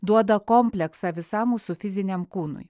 duoda kompleksą visam mūsų fiziniam kūnui